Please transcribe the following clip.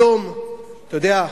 היום, אתה יודע,